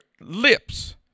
lips